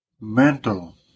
mental